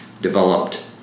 developed